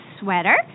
sweater